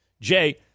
Jay